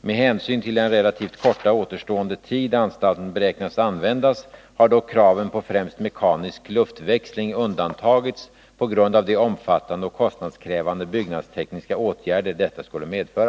Med hänsyn till den relativt korta återstående tid anstalten beräknas användas har dock kraven på främst mekanisk luftväxling undantagits på grund av de omfattande och kostnadskrävande byggnadstekniska åtgärder detta skulle medföra.